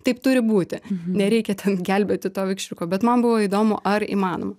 taip turi būti nereikia ten gelbėti to vikšriuko bet man buvo įdomu ar įmanoma